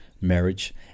marriage